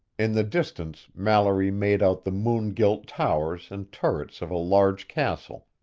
in the distance mallory made out the moon-gilt towers and turrets of a large castle,